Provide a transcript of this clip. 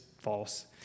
false